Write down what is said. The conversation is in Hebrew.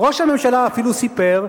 ראש הממשלה אפילו סיפר,